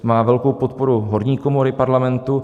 Má velkou podporu horní komory Parlamentu.